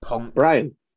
Brian